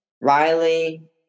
Riley